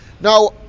Now